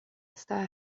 está